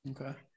Okay